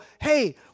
hey